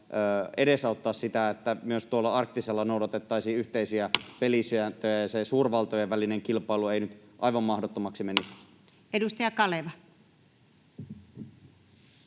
edesauttaa sitä, että myös arktisella noudatettaisiin yhteisiä pelisääntöjä ja se suurvaltojen välinen kilpailu ei nyt aivan mahdottomaksi menisi? [Speech